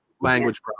language